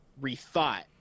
rethought